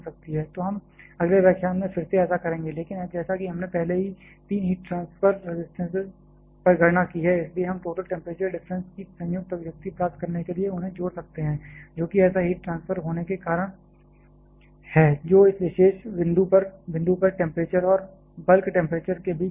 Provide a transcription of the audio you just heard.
तो हम अगले व्याख्यान में फिर से ऐसा करेंगे लेकिन जैसा कि हमने पहले ही तीन हीट ट्रांसफर रजिस्टेंसेज पर गणना की है इसलिए हम टोटल टेंपरेचर डिफरेंस की संयुक्त अभिव्यक्ति प्राप्त करने के लिए उन्हें जोड़ सकते हैं जो कि ऐसा हीट ट्रांसफर होने का कारण है जो इस विशेष बिंदु पर टेंपरेचर और बल्क टेंपरेचर के बीच का अंतर है